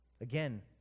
Again